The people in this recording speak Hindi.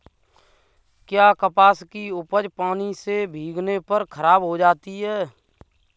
क्या कपास की उपज पानी से भीगने पर खराब हो सकती है?